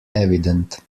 evident